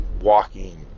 walking